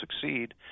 succeed